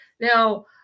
Now